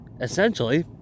essentially